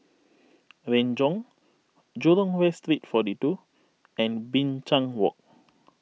Renjong Jurong West Street forty two and Binchang Walk